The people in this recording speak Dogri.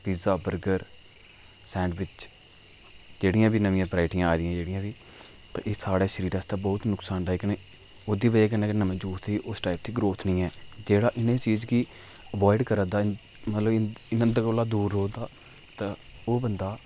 पिज्जा बर्गर सैंडविच जेह्ड़ियां बी नमियां वैरायटियां आई दियां जेह्ड़ी एह् साढ़े शरीरै आस्तै बहौत नुकसानदायक न ओह्दी बजह् कन्नै गै नमें बच्चे दी उस टाइप दी ग्रोथ नेईं ऐ जेह्ड़ा इ'नें चीज गी अवॉयड करा दा ऐ मतलब जेह्ड़ा इं'दे कोला दूर रवा दा ओह् बंदा